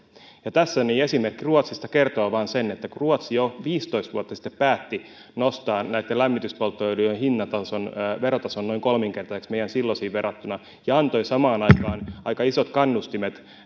tässä esimerkki ruotsista kertoo vain sen että kun ruotsi jo viisitoista vuotta sitten päätti nostaa näitten lämmityspolttoöljyjen verotason noin kolminkertaiseksi meidän silloiseen verrattuna ja antoi samaan aikaan aika isot kannustimet ja